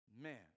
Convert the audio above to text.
Man